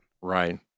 Right